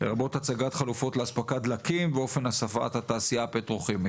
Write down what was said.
לרבות הצגת חלופות לאספקת דלקים ואופן הוספת התעשייה הפטרוכימית.